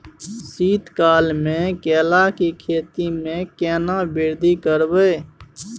शीत काल मे केला के खेती में केना वृद्धि करबै?